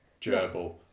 gerbil